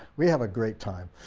we have a great time.